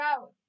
out